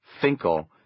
Finkel